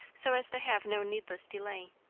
so as to have no needless delay.